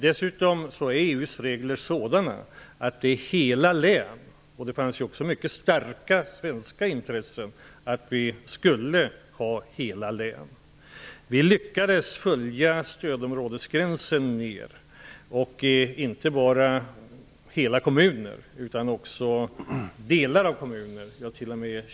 Dessutom är EU:s regler sådana att det handlar om hela län. Det fanns också svenska intressen av att det skulle gälla hela län. Vi lyckades följa stödområdesgränsen mer, inte bara i fråga om hela kommuner utan också i fråga om delar av kommunen, t.o.m.